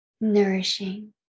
nourishing